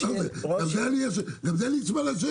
גם בזה ליצמן אשם?